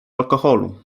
alkoholu